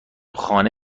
خانه